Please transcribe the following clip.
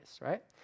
right